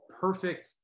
perfect